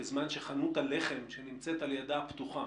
בזמן שחנות הלחם שנמצאת לידה פתוחה,